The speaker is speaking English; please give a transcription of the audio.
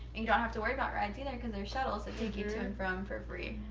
and you don't have to worry about rides either, because there's shuttles that take you to and from for free.